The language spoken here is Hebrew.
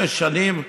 שש שנים,